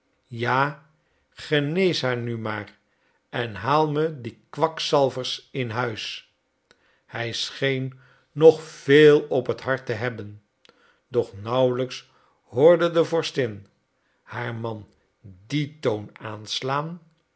ja genees haar nu maar en haal me die kwakzalvers in huis hij scheen nog veel op het hart te hebben doch nauwelijks hoorde de vorstin haar man dien toon aanslaan